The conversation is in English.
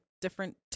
different